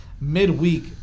midweek